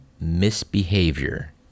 misbehavior